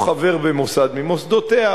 הוא חבר במוסד ממוסדותיה,